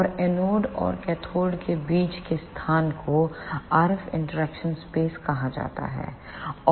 और एनोड और कैथोड के बीच के स्थान को RF इंटरैक्शन स्पेसकहा जाता है